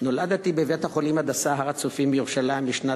נולדתי בבית-החולים "הדסה הר-הצופים" בירושלים בשנת